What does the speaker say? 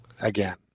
again